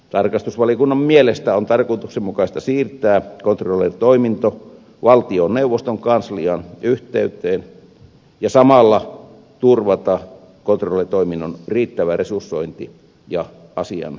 tarkastusvaliokunnan mielestä on tarkoituksenmukaista siirtää controller toiminto valtioneuvoston kanslian yhteyteen ja samalla turvata controller toiminnon riittävä resursointi ja asiantuntemus